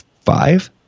five